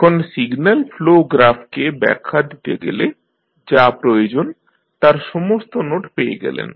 এখন signal flow গ্রাফকে ব্যাখ্যা দিতে গেলে যা প্রয়োজন তার সমস্ত নোড পেয়ে গেলেন